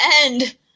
end